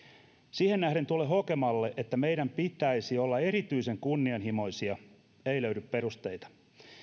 siihen nähden tuolle hokemalle että meidän pitäisi olla erityisen kunnianhimoisia ei löydy perusteita